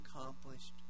accomplished